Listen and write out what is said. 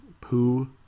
poo